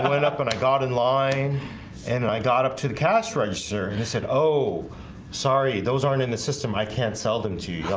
i went up, and i got in line and i got up to the cash register, and he said oh sorry, those aren't in the system. i can't sell them to you